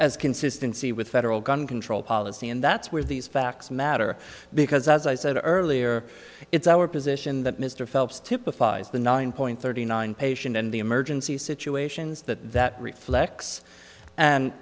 as consistency with federal gun control policy and that's where these facts matter because as i said earlier it's our position that mr phelps typifies the nine point thirty nine patient in the emergency situations that that reflects and